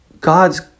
God's